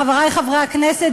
חברי חברי הכנסת,